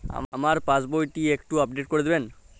আমার পাসবই টি একটু আপডেট করে দেবেন?